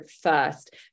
first